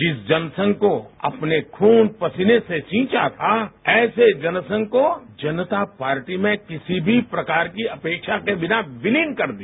जिस जनसंघ को अपने खून पसीने से सींचा था ऐसे जनसंघ को जनता पार्टी में किसी भी प्रकार की अपेक्षा के बिना विलीन कर दिया